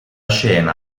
scena